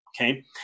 okay